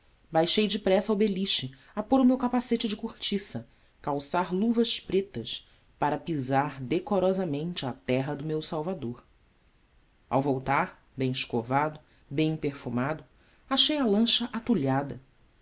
baixei depressa ao beliche a pôr o meu capacete de cortiça calçar luvas pretas para pisar decorosamente a terra do meu salvador ao voltar bem escovado bem perfumado achei a lancha atulhada